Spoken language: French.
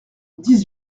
dix